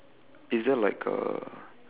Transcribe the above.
is there like a